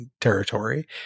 territory